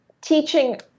teaching